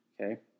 okay